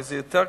איפה יותר קשה,